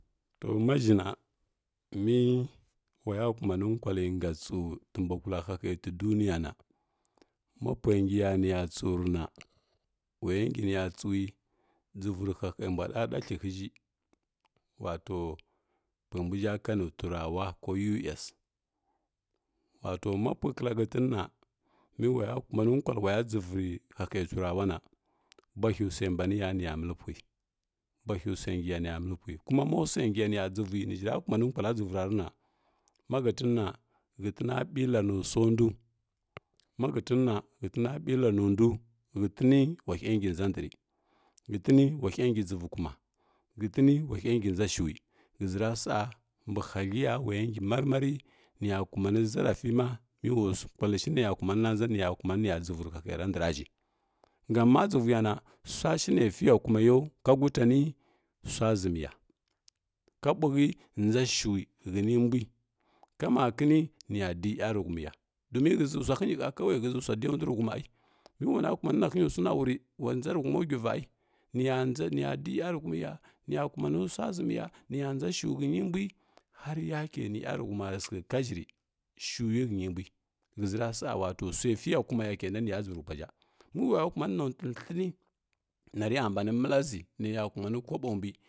To ma ʒha na mə-wa ya ƙumanii ngo tsələ tə mbwa yulla hahag fə duniya na ma pwai ngiya nə ya tsəu rəna wa yangi nəya tsəvi dʒəvoi rə həhə mbwa ɗaɗathlə həhi wato puqi mbw ʒha ka nə turawa ko us wato ma puəhə kəlla hətəna mə wayakumanə kwallə wa ya dʒəvoi rə hahə turawa na bwahə swai mbani ya nə ya məllə pvəghə bwahə swai mbani ya nə ya məllə pvəghə kuma mao swai ngiya nə ya dʒəvoi nə ʒhi ra kumani kwana drəvoi vara na ma hətəna, hətəna ɓallə na ndw hətənə wa hya, ngi ndʒa dəgəvə, hətənə wahə ngi dʒəvoi kuma hətənə wa hya ngi dʒa shəwi ləʒəra sa mbə hadləya wa yə mnpi mar mai hyə nya kumani ʒa afi ma mə wa kwalləshinə ya kumonə na ndʒə nə ya dʒəvoi rə hahə ra ndʒghəra ʒhi gam ma dʒəvi ya na swa shi nə fi ya kumaya ka gutanə swa ʒəmə, ka mbwa kəghə ndʒa shəwi hənə mbwi, kama kənəghə nə ya huməghə yarəghəuni ya domi həsə swa hany ha həʒə swa dəghəu ndwi və fumi ai mə wana kumanə nahəny swə na wurə wandʒa rə huməu guivi, ai nə ya g ngʒa nə ya dəghə yarəghəuni nə ya kusha ni swa ʒəmə ya nə ya ndʒa shəwə hənə mbwi har yakə ya nə yarəghə uma rə səghə ka ʒhi ri shəwi gi hənə mbwi həʒəra sa wato swai fiya kuma ya mə wa ya kumanə nəutəthlənəy na vəya mbanə məlla ʒəg nə ya kumanə kwabaw mbəy.